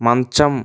మంచం